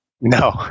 No